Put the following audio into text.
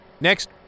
Next